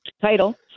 title